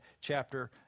chapter